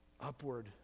Upward